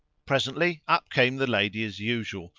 presently up came the lady as usual,